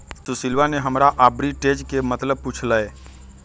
सुशीलवा ने हमरा आर्बिट्रेज के मतलब पूछ लय